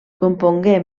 compongué